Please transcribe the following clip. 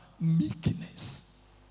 Meekness